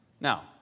Now